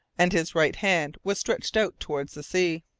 and his right hand was stretched out towards the sea.